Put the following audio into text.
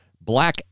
black